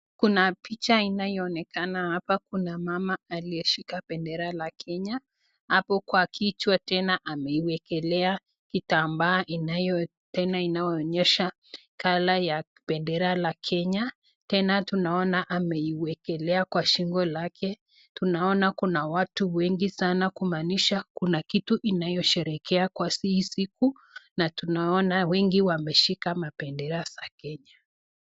Kuna picha inayoonekana hapa kuna mama aliyeshika bendera la Kenya. Hapo kwa kichwa tena ameiwekelea kitambaa inayo tena inaonyesha color ya bendera la Kenya. Tena tunaona ameiwekelea kwa shingo lake. Tunaona kuna watu wengi sana kumaanisha kuna kitu inayosherehekea kwa hii siku na tunaona wengi wameshika mabendera za Kenya.